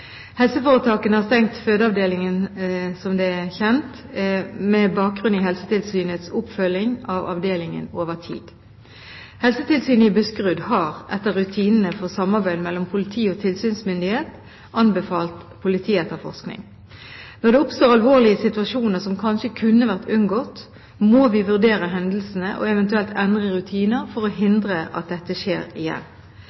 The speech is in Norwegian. har stengt fødeavdelingen, som kjent, med bakgrunn i Helsetilsynets oppfølging av avdelingen over tid. Helsetilsynet i Buskerud har – etter rutinene for samarbeid mellom politi og tilsynsmyndighet – anbefalt politietterforskning. Når det oppstår alvorlige situasjoner som kanskje kunne vært unngått, må vi vurdere hendelsene og eventuelt endre rutiner for å